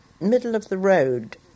middle-of-the-road